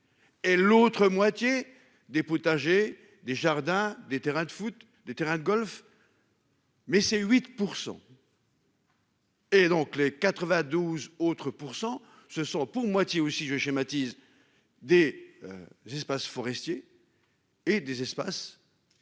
Et l'autre moitié des potagers, des jardins, des terrains de foot, des terrains de golf. Mais c'est 8%. Et donc les 92 autres %. Ce sont pour moitié aussi je schématise, des. Espaces forestiers. Et des espaces.